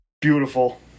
beautiful